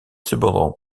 cependant